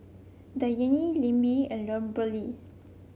Dianne Lemma and Kimberlee